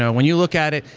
when you look at it,